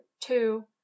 two